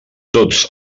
tots